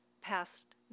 past